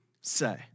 say